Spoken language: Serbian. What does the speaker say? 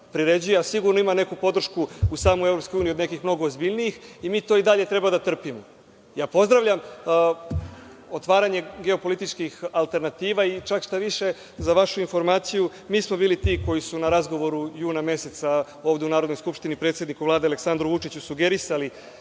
a sigurno ima neku podršku u samoj EU od nekih mnogo ozbiljnijih i mi to i dalje treba da trpimo. Pozdravljam otvaranje geopolitičkih alternativa i, čak šta više, za vašu informaciju mi smo bili ti koji su na razgovoru juna meseca ovde u Narodnoj skupštini predsedniku Vlade Aleksandru Vučiću sugerisali